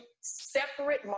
separate